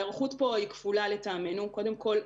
ההיערכות פה היא כפולה: קודם כל,